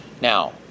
Now